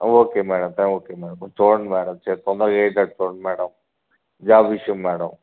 okay madam okay madam కొంచెం చూడండి madam జర తొందరగా అయ్యేటట్టు చూడండి మేడం జాబ్ విషయం మేడం